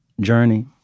journey